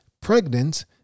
pregnant